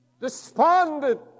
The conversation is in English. despondent